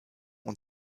und